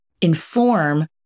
inform